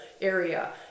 area